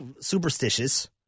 superstitious